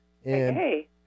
Hey